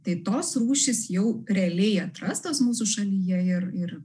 tai tos rūšys jau realiai atrastos mūsų šalyje ir ir